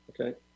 Okay